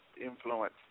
influence